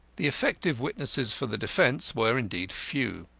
the effective witnesses for the defence were, indeed, few.